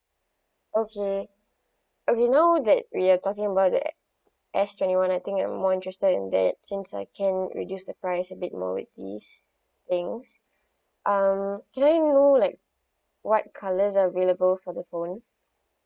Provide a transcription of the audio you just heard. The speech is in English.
okay okay now that we are talking about the S twenty one I think I'm more interested in that since I can reduce the price a bit more at least thanks um can I know like what colours are available for the phone